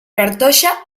cartoixa